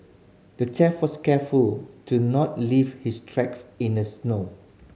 the thief was careful to not leave his tracks in the snow